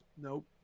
Nope